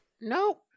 Nope